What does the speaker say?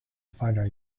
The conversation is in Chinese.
发展